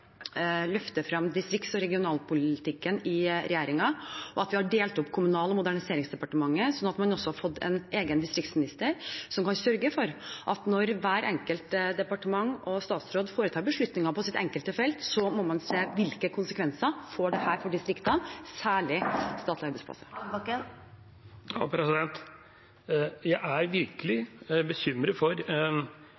løfte frem distrikts- og regionalpolitikken i regjeringen, og at vi har delt opp Kommunal- og moderniseringsdepartementet, slik at vi også har fått en egen distriktsminister som kan sørge for at når hvert enkelt departement og statsråd foretar beslutninger på sitt felt, må man se på hvilke konsekvenser dette får for distriktene, særlig statlige arbeidsplasser. Jeg er virkelig